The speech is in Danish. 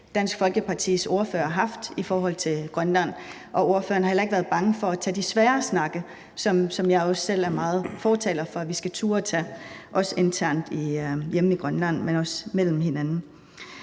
Dansk Folkepartis ordfører har haft i forhold til Grønland. Og ordføreren har heller ikke været bange for at tage de svære snakke, som jeg også selv er meget fortaler for at vi skal turde tage, ikke bare internt hjemme i Grønland, men også mellem hinanden.